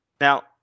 now